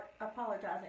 apologizing